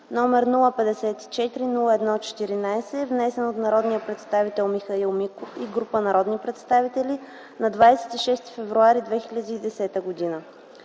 г., № 054-01-14, внесен от народния представител Михаил Миков и група народни представители на 26 февруари 2010 г.